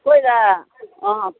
खोइ त अँ